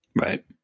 right